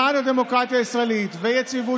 למען הדמוקרטיה הישראלית והיציבות